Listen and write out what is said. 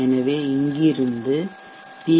எனவே இங்கிருந்து பி